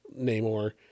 Namor